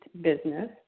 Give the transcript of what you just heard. business